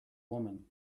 woman